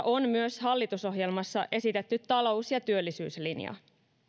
on myös hallitusohjelmassa esitetty talous ja työllisyyslinja